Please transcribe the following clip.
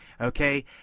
Okay